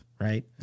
right